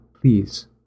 please